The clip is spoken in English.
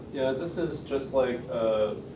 this is just like, ah,